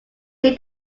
need